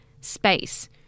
space